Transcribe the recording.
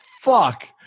fuck